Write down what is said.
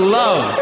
love